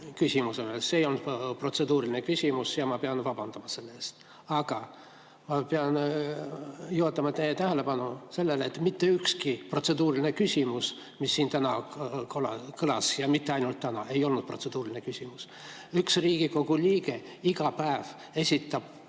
küsimuse puhul, see ei olnud protseduuriline küsimus ja ma pean vabandama selle eest. Aga ma pean juhtima teie tähelepanu sellele, et mitte ükski protseduuriline küsimus, mis siin täna kõlas – ja mitte ainult täna –, ei olnud protseduuriline küsimus. Üks Riigikogu liige iga päev esitab